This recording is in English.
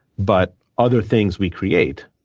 but other things we create,